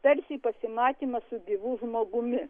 tarsi į pasimatymą su gyvu žmogumi